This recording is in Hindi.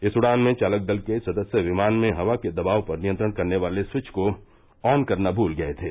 इस उड़ान में चालक दल के सदस्य विमान में हवा के दबाव पर नियंत्रण करने वाले स्विच को ऑन करना भूल गए थे